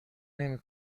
نمی